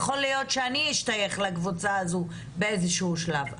יכול להיות שאני אשתייך לקבוצה הזאת באיזשהו שלב,